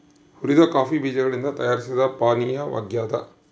ಹುರಿದ ಕಾಫಿ ಬೀಜಗಳಿಂದ ತಯಾರಿಸಿದ ಪಾನೀಯವಾಗ್ಯದ